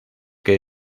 que